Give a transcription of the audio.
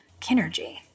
kinergy